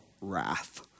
wrath